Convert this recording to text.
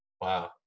Wow